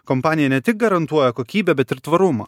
kompanija ne tik garantuoja kokybę bet ir tvarumą